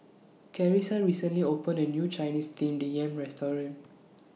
Carissa recently opened A New Chinese Steamed Yam Restaurant